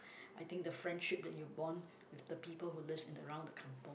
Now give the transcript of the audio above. I think the friendship that you bond with the people who lives in around the kampung